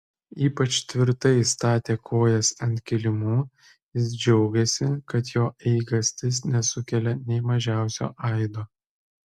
ypač tvirtai statė kojas ant kilimų jis džiaugėsi kad jo eigastis nesukelia nė mažiausio aido